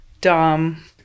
dumb